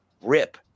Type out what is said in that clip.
rip